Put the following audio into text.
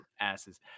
asses